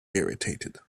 irritated